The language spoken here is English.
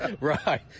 right